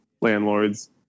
landlords